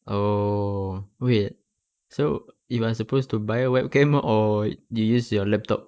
oh wait so you're supposed to buy a webcam or you use your laptop